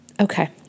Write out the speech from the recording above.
Okay